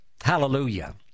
Hallelujah